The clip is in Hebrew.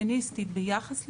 הפמיניסטית ביחס לזה,